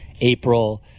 April